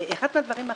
ואחד מהדברים החשובים,